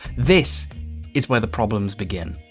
this is where the problems begin.